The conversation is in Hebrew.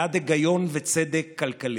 בעד היגיון וצדק כלכלי,